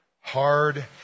hard